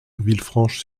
villefranche